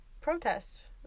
protest